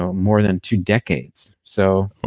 ah more then two decades. so